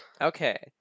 Okay